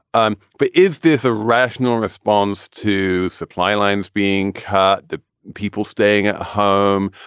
um but is this a rational response to supply lines being cut? the people staying home,